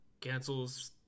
Cancels